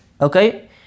Okay